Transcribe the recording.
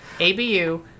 ABU